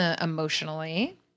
emotionally